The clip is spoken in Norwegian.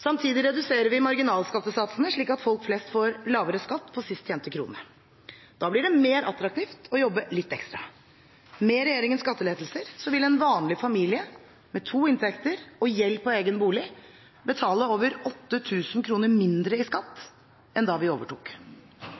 Samtidig reduser vi marginalskattesatsene slik at folk flest får lavere skatt på sist tjente krone. Da blir det mer attraktivt å jobbe litt ekstra. Med regjeringens skattelettelser vil en vanlig familie med to inntekter og gjeld på egen bolig betale over 8 000 kr mindre i skatt enn da vi